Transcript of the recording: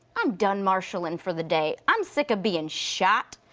i'm done marshalin' for the day, i'm sick of being shot.